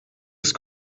ist